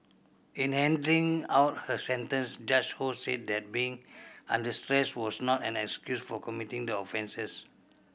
in handing out her sentence Judge Ho said that being under stress was not an excuse for committing the offences